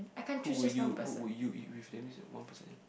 who will who would you eat with that means one person